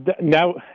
now